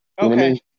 Okay